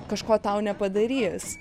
kažko tau nepadarys